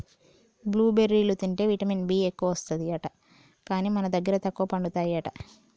blue బెర్రీలు తింటే vitamin B ఎక్కువస్తది అంట, కానీ మన దగ్గర తక్కువ పండుతాయి అంట